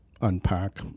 unpack